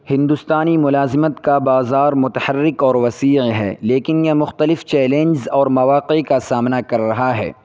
ہندوستانی ملازمت کا بازار متحرک اور وسیع ہے لیکن یہ مختلف چیلینز اور مواقع کا سامنا کر رہا ہے